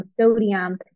sodium